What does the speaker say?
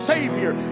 Savior